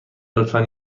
لطفا